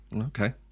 Okay